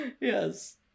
Yes